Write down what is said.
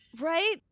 Right